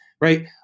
right